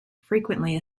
frequently